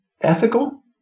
ethical